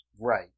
Right